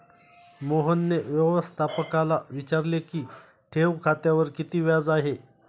मोहनने व्यवस्थापकाला विचारले की ठेव खात्यावर किती व्याज आहे?